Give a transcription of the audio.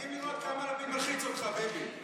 מדהים לראות כמה לפיד מלחיץ אותך, ביבי.